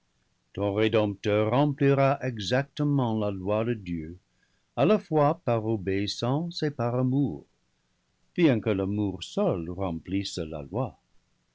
ton rédempteur remplira exactement la loi de dieu à la fois par obéissance et par amour bien que l'amour seul remplisse la loi